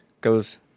goes